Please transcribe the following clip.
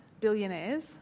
billionaires